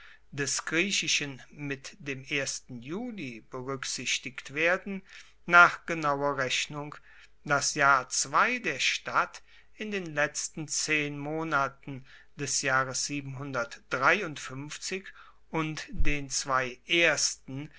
des griechischen mit dem juli beruecksichtigt werden nach genauer rechnung das jahr der stadt den letzten zehn monaten des jahres und den zwei ersten